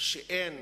שאין